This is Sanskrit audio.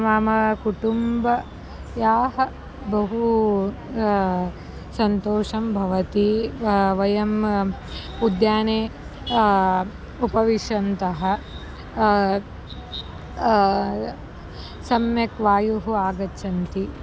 मम कुटुम्बस्य बहु सन्तोषं भवति वयम् उद्याने उपविशन्तः सम्यक् वायुः आगच्छति